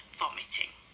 vomiting